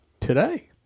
today